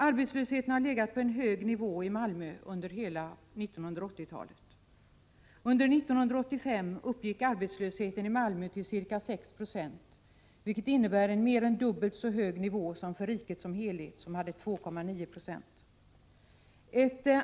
Arbetslösheten har legat på en hög nivå i Malmö under hela 1980-talet. Under 1985 uppgick arbetslösheten i Malmö till ca 6 96, vilket innebär en mer än dubbelt så hög nivå som för riket som helhet, där den var 2,9 96.